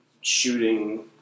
shooting